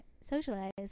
socialize